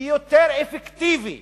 ויותר אפקטיבי